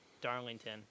Darlington